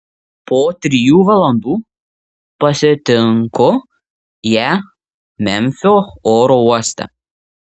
po trijų valandų pasitinku ją memfio oro uoste